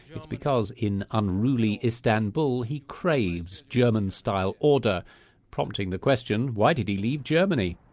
it's because in unruly istanbul, he craves german-style order prompting the question why did he leave germany?